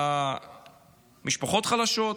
למשפחות חלשות,